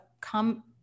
come